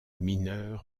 mineur